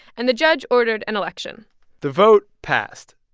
and the judge ordered an election the vote passed.